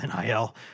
NIL